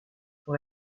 pour